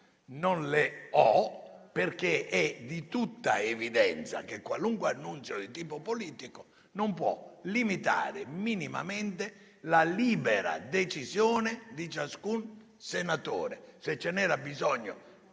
non le ho, perché è di tutta evidenza che qualunque annuncio di tipo politico non può limitare minimamente la libera decisione di ciascun senatore.